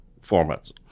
formats